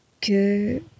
que